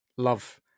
love